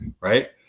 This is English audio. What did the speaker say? right